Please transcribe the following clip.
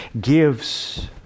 gives